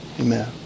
Amen